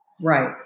Right